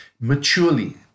maturely